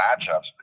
matchups